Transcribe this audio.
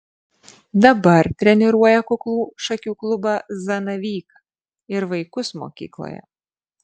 dabar treniruoja kuklų šakių klubą zanavyką ir vaikus mokykloje